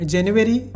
January